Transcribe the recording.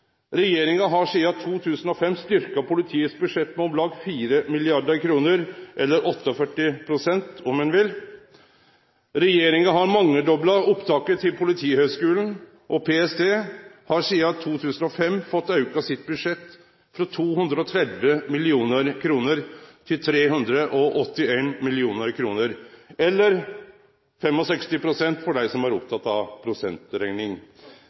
regjeringa har sidan 2005 styrkt politiets budsjett med om lag 4 mrd. kr, eller 48 pst., om ein vil. Regjeringa har mangedobla opptaket til Politihøgskulen, og PST har sidan 2005 fått auka sitt budsjett frå 230 mill. kr til 381 mill. kr, eller 65 pst.– for dei som er opptekne av prosentrekning.